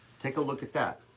take a look at that.